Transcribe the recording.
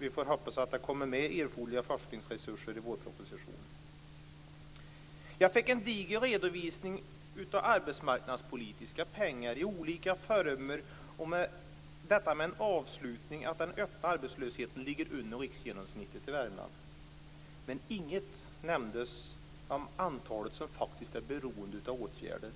Vi får hoppas att det kommer erforderliga forskningsresurser i vårpropositionen. Jag fick en diger redovisning av arbetsmarknadspolitiska pengar i olika former. Detta avslutades med att den öppna arbetslösheten i Värmland ligger under riksgenomsnittet. Men inget nämndes om det antal som faktiskt är beroende av åtgärder.